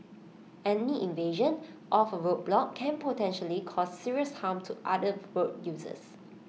any evasion of A road block can potentially cause serious harm to other road users